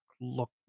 look